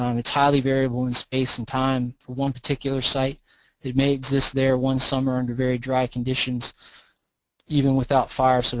um its highly variable in space and time. for one particular site it may exist there one summer under very dry conditions even without fire, so